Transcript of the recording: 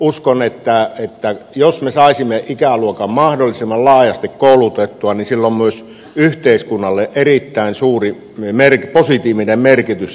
uskon että jos me saisimme ikäluokan mahdollisimman laajasti koulutettua sillä on myös yhteiskunnalle erittäin suuri positiivinen merkitys